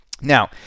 Now